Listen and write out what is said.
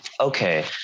okay